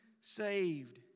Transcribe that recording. saved